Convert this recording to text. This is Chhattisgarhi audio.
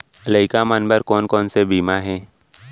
लइका मन बर कोन कोन से बीमा हे?